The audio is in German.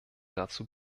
dazu